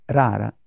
rara